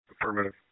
Affirmative